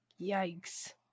yikes